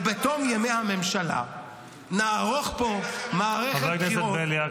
ובתום ימי הממשלה נערוך פה -- אין לכם --- חבר הכנסת בליאק.